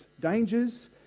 dangers